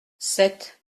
sept